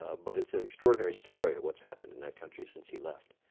but it's an extraordinary story what's happened in that country since he left.